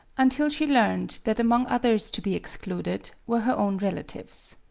until she learned that among others to be excluded were her own relatives.